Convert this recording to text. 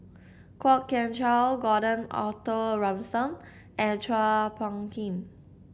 Kwok Kian Chow Gordon Arthur Ransome and Chua Phung Kim